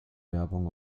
werbung